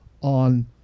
on